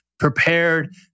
prepared